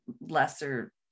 lesser